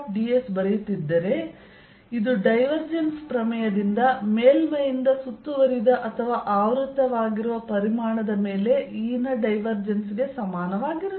ds ಬರೆಯುತ್ತಿದ್ದರೆ ಇದು divergence ಪ್ರಮೇಯದಿಂದ ಮೇಲ್ಮೈಯಿಂದ ಸುತ್ತುವರಿದ ಅಥವಾ ಆವೃತ್ತವಾಗಿರುವ ಪರಿಮಾಣದ ಮೇಲೆ E ನ ಡೈವರ್ಜೆನ್ಸ್ ಗೆ ಸಮಾನವಾಗಿರುತ್ತದೆ